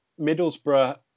Middlesbrough